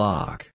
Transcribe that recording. Lock